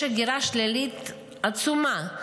יש הגירה שלילית עצומה,